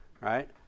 Right